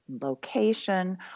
location